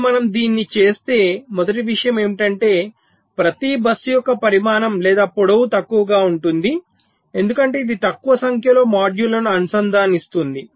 ఇప్పుడు మనము దీన్ని చేస్తే మొదటి విషయం ఏమిటంటే ప్రతి బస్సు యొక్క పరిమాణం లేదా పొడవు తక్కువగా ఉంటుంది ఎందుకంటే ఇది తక్కువ సంఖ్యలో మాడ్యూళ్ళను అనుసంధానిస్తుంది